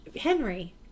Henry